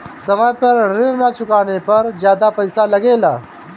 समय पर ऋण ना चुकाने पर ज्यादा पईसा लगेला?